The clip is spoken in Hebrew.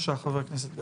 גפני.